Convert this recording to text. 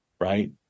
right